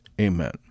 Amen